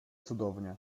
cudownie